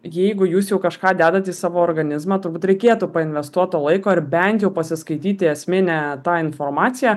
jeigu jūs jau kažką dedat į savo organizmą turbūt reikėtų painvestuot to laiko ar bent jau pasiskaityti esminę tą informaciją